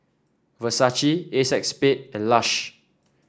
Versace Acexspade and Lush